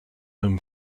him